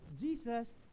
Jesus